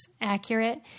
accurate